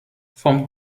vom